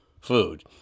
food